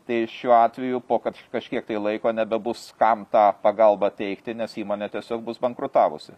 tai šiuo atveju po kad kažkiek tai laiko nebebus kam tą pagalbą teikti nes įmonė tiesiog bus bankrutavusi